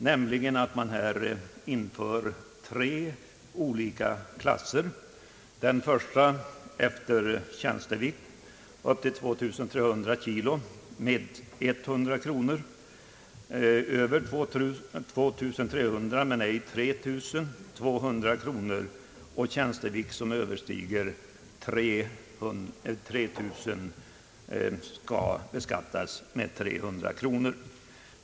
Vi föreslår tre olika klasser: för traktor med en tjänstevikt ej överstigande 2300 kg 100 kronor, om tjänstevikten överstiger 2300 men ej 3 000 kg 200 kronor och om tjänstevikten överstiger 3 000 kg 300 kronor.